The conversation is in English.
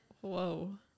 whoa